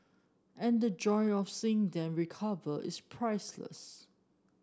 and the joy of seeing them recover is priceless